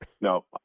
no